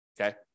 okay